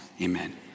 amen